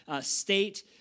state